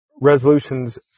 resolutions